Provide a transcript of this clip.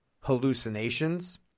hallucinations